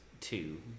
two